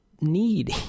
need